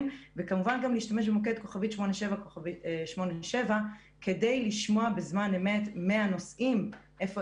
וכמובן גם להשתמש במוקד *8787 כדי לשמוע בזמן אמת מהנוסעים איפה